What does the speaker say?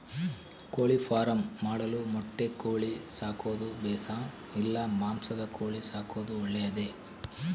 ಕೋಳಿಫಾರ್ಮ್ ಮಾಡಲು ಮೊಟ್ಟೆ ಕೋಳಿ ಸಾಕೋದು ಬೇಷಾ ಇಲ್ಲ ಮಾಂಸದ ಕೋಳಿ ಸಾಕೋದು ಒಳ್ಳೆಯದೇ?